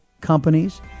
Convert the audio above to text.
companies